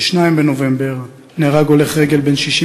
ב-28 באוקטובר נהרג יניב סודמי, בן 37,